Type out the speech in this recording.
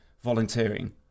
volunteering